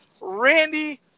Randy